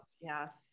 yes